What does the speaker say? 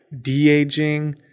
de-aging